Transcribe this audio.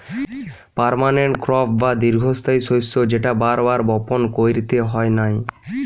permanent crop বা দীর্ঘস্থায়ী শস্য যেটা বার বার বপণ কইরতে হয় নাই